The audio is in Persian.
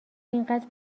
اینقدر